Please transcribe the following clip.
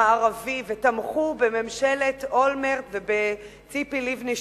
המערבי ותמכו בממשלת אולמרט ובציפי לבני,